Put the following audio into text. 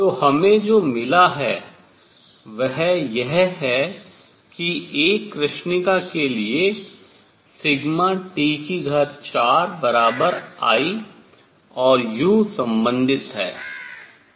तो हमें जो मिला है वह यह है कि एक कृष्णिका के लिए T4I और u संबंधित है